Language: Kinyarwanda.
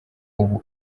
ubu